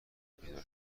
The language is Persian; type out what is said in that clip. بیدار